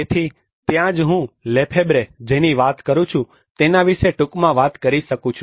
તેથી ત્યાં જ હું લેફેબ્રે જેની વાત કરું છું તેના વિશે ટૂંકમાં વાત કરી શકું છું